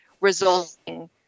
resulting